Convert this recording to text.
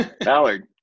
Ballard